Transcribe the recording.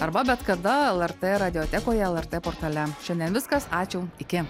arba bet kada lrt radiotekoje lrt portale šiandien viskas ačiū iki